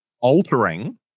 altering